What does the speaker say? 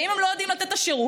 ואם הם לא יודעים לתת את השירות,